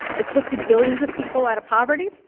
it's lifted billions of people out of poverty.